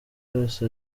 yose